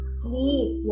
sleep